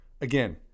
again